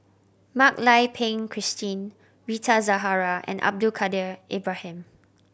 Mak Lai Peng Christine Rita Zahara and Abdul Kadir Ibrahim